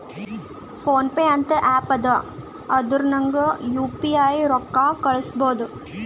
phone pay ಅಂತ app ಅದಾ ಅದುರ್ನಗ್ ಯು ಪಿ ಐ ರೊಕ್ಕಾ ಕಳುಸ್ಬೋದ್